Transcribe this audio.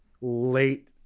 late